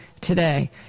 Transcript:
today